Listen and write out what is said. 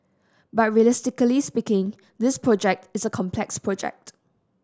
but realistically speaking this project is a complex project